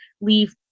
leave